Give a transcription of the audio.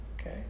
Okay